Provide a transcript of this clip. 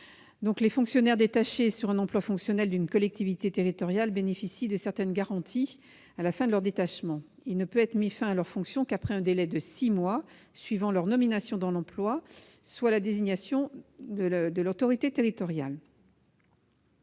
Les fonctionnaires détachés sur un emploi fonctionnel d'une collectivité territoriale bénéficient de certaines garanties au terme de leur détachement. Il ne peut être mis fin à leurs fonctions qu'après un délai de six mois suivant soit leur nomination dans l'emploi, soit la désignation de l'autorité territoriale.